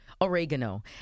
Oregano